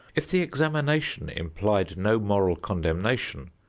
if the examination implied no moral condemnation,